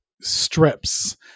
strips